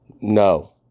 No